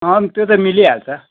त्यो त मिलिहाल्छ